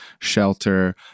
shelter